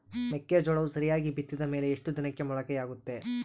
ಮೆಕ್ಕೆಜೋಳವು ಸರಿಯಾಗಿ ಬಿತ್ತಿದ ಮೇಲೆ ಎಷ್ಟು ದಿನಕ್ಕೆ ಮೊಳಕೆಯಾಗುತ್ತೆ?